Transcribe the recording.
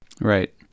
Right